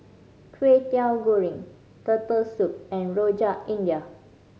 Kwetiau Goreng Turtle Soup and Rojak India